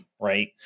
right